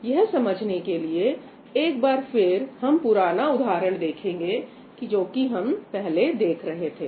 तो यह समझने के लिए एक बार फिर से हम पुराना उदाहरण देखेंगे जो कि हम पहले देख रहे थे